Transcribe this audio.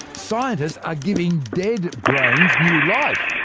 scientists are giving dead brains new life,